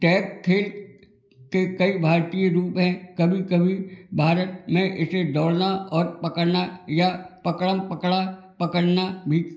tag खेल के कई भारतीय रूप हैं कभी कभी भारत में इसे दौड़ना और पकड़ना या पकड़म पकड़ा पकड़ना भी